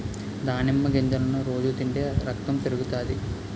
దానిమ్మ గింజలను రోజు తింటే రకతం పెరుగుతాది